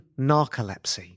narcolepsy